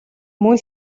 мөн